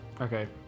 Okay